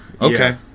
Okay